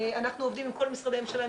אנחנו עובדים עם כל משרדי הממשלה,